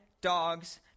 dogs